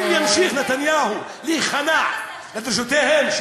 אם ימשיך נתניהו להיכנע לדרישותיהם של